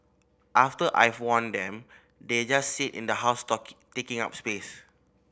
after I've worn them they just sit in the house talking taking up space